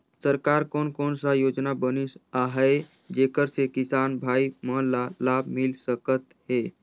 सरकार कोन कोन सा योजना बनिस आहाय जेकर से किसान भाई मन ला लाभ मिल सकथ हे?